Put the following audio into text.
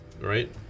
Right